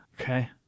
Okay